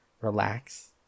relax